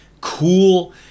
cool